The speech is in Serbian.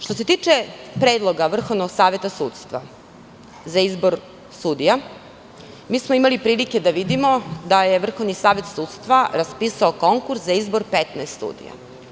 Što se tiče predloga Vrhovnog saveta sudstva za izbor sudija, imali smo prilike da vidimo da je Vrhovni savet sudstva raspisao konkurs za izbor 15 studija.